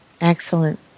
Excellent